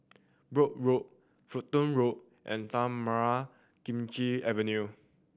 Brooke Road Fulton Road and Tanah Merah Kechil Avenue